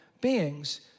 beings